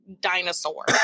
dinosaur